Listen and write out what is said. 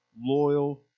loyal